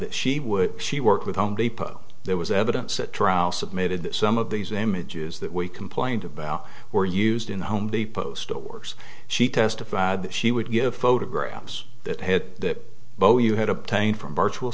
testified she would she worked with home depot there was evidence at trial submitted that some of these images that we complained about were used in the home depot stores she testified she would give photographs that hit the bow you had obtained from virtual